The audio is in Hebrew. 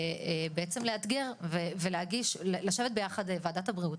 בעצם לאתגר ולהגיש לשבת ביחד עם ועדת הבריאות,